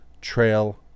trail